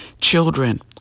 children